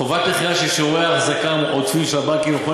חובת מכירה של שיעורי ההחזקה העודפים של הבנקים לכל